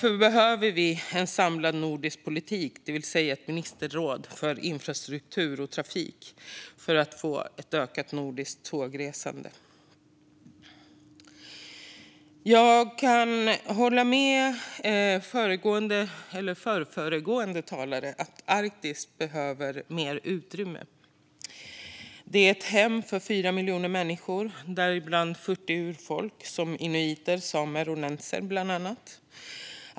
Vi behöver en samlad nordisk politik, det vill säga ett ministerråd för infrastruktur och trafik, för att få ett ökat nordiskt tågresande. Jag kan hålla med tidigare talare om att Arktis behöver mer utrymme. Arktis är hem åt 4 miljoner människor, däribland 40 urfolk - bland annat inuiter, samer och nentser.